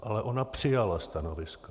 Ale ona přijala stanovisko.